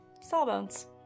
Sawbones